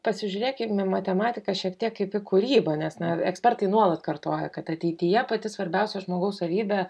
pasižiūrėkime į matematiką šiek tiek kaip į kūrybą nes ne ekspertai nuolat kartoja kad ateityje pati svarbiausia žmogaus savybė